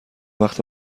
وقت